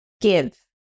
give